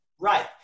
Right